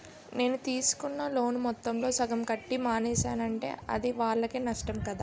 నేను తీసుకున్న లోను మొత్తంలో సగం కట్టి మానేసానంటే అది వాళ్ళకే నష్టం కదా